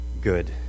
good